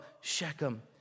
Shechem